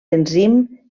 enzim